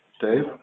Dave